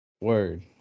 Word